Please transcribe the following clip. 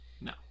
No